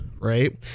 right